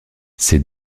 ces